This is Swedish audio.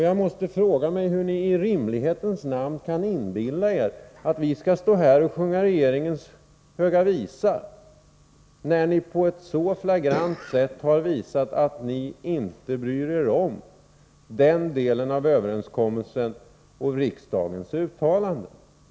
Jag måste fråga mig hur ni i rimlighetens namn kan inbilla er att vi skall stå här och sjunga regeringens höga visa när ni på ett så flagrant sätt har visat att ni inte bryr er om den delen av överenskommelsen och riksdagens uttalande.